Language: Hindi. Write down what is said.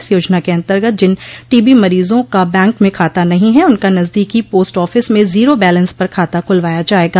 इस योजना के अन्तर्गत जिन टीबी मरीजों का बैंक में खाता नहीं है उनका नजदीकी पोस्ट आफिस में जीरो बैलेंस पर खाता खुलवाया जायेगा